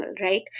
right